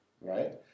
right